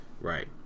Right